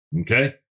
Okay